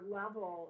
level